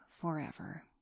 forever